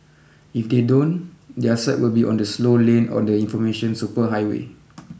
if they don't their site will be on the slow lane on the information superhighway